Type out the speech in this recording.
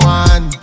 one